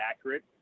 accurate